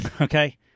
Okay